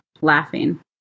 laughing